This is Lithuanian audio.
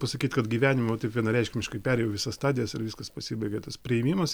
pasakyt kad gyvenimo va taip vienareikšmiškai perėjau visas stadijas ir viskas pasibaigė tas priėmimas